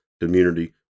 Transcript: community